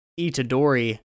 Itadori